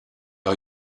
are